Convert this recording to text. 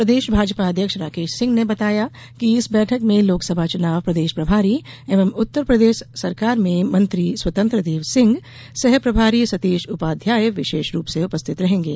प्रदेश भाजपा अध्यक्ष राकेश सिंह ने बताया कि इस बैठक में लोकसभा चुनाव प्रदेश प्रभारी एवं उत्तरप्रदेश सरकार में मंत्री स्वतंत्रदेव सिंह सह प्रभारी सतीश उपाध्याय विशेष रूप से उपस्थित रहेंगे